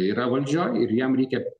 yra valdžioj ir jam reikia